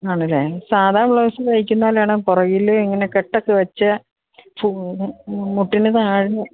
ആണല്ലേ സാധാ ബ്ലൗസ് തയ്ക്കുന്നതുപോലെയാണോ പുറകില് ഇങ്ങനെ കെട്ടൊക്കെ വെച്ച് മുട്ടിന് താഴെ